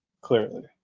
clearly